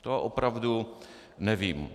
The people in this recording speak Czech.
To opravdu nevím.